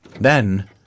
Then